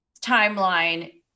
timeline